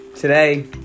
today